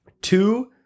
two